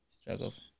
struggles